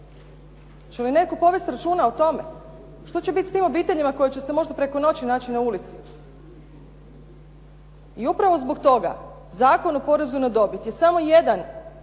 Hoće li netko povesti računa o tome? Što će biti s tim obiteljima koji će se možda preko noći naći na ulici? I upravo zbog toga, Zakon o porezu na dobit je samo jedan